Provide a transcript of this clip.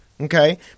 Okay